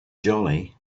jolly